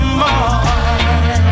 more